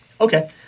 okay